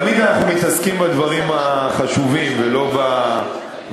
תמיד אנחנו מתעסקים בדברים החשובים ולא בטפל.